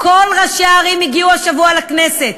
בדיוק, כל ראשי הערים הגיעו השבוע לכנסת,